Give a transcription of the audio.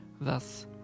Thus